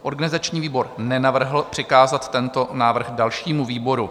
Organizační výbor nenavrhl přikázat tento návrh dalšímu výboru.